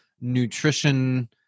nutrition